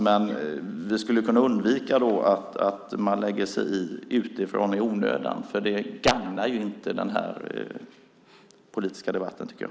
Men vi skulle då kunna undvika att man lägger sig i utifrån i onödan, för det gagnar inte den här politiska debatten, tycker jag.